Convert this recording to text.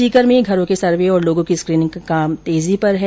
सीकर में भी घरों के सर्वे और लोगों की स्कीनिंग का काम तेजी पर है